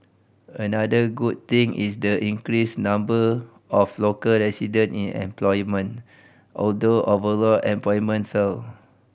another good thing is the increased number of local resident in employment although overall employment fell